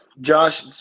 Josh